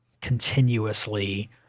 continuously